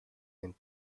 and